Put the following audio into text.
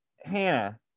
Hannah